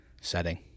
setting